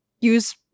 use